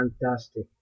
Fantastic